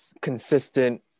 consistent